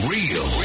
Real